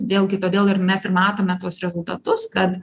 vėlgi todėl ir mes ir matome tuos rezultatus kad